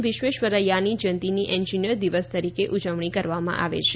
વિશ્વેશ્વરૈયાની જયંતિની એન્જિનિયર દિવસ તરીકે ઉજવણી કરવામાં આવે છે